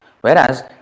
Whereas